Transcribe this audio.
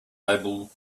able